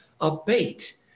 Abate